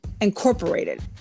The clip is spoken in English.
Incorporated